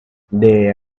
they